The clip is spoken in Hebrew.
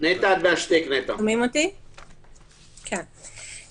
יש לכם גם מיחזור ברמה של אשפה ביתית יש